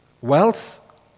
Wealth